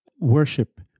worship